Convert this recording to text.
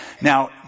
Now